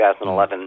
2011